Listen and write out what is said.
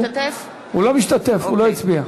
הוא לא משתתף, הוא לא הצביע.